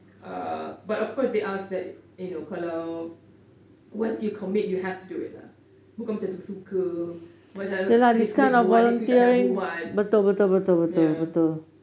uh but of course they ask that eh no kalau once you commit you have to do it ah bukan macam suka-suka macam this week buat next week tak nak buat ya